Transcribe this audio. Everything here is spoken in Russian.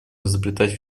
изобретать